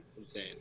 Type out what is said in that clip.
insane